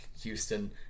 Houston